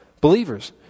Believers